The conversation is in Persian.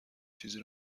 چیزی